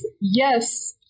yes